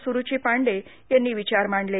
सुरुची पांडे यांनी विचार मांडले